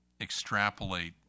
extrapolate